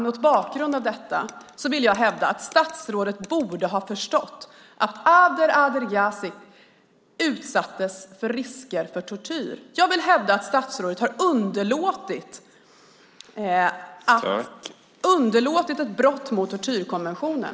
Mot bakgrund av detta vill jag hävda att statsrådet borde ha förstått att Abdrazzak Jabri utsattes för risker för tortyr. Jag vill hävda att statsrådet har underlåtit att beakta ett brott mot tortyrkonventionen.